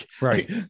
right